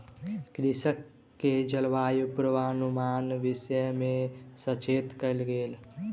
कृषक के जलवायु पूर्वानुमानक विषय में सचेत कयल गेल